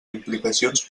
implicacions